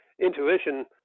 intuition